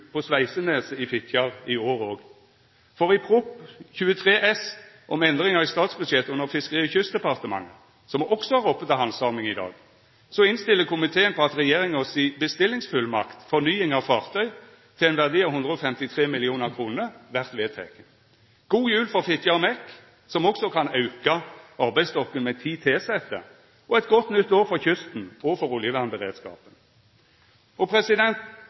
på Sveiseneset i Fitjar i år òg, for i Prop. 23 S om endringar i statsbudsjettet under Fiskeri- og kystdepartementet, som me også har oppe til handsaming i dag, innstiller komiteen på at regjeringa si «Bestillingsfullmakt fornying av fartøy», til ein verdi av 153 mill. kr, vert vedteken. Då vert det ei god jul for Fitjar Mekaniske Verkstad, som også kan auka arbeidsstokken med ti tilsette, og eit godt nytt år for kysten og for oljevernberedskapen.